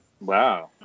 Wow